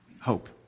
hope